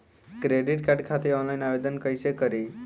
Credit card खातिर online आवेदन कइसे करि?